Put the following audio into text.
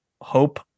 hope